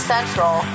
Central